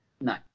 No